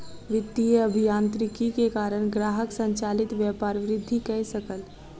वित्तीय अभियांत्रिकी के कारण ग्राहक संचालित व्यापार वृद्धि कय सकल